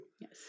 Yes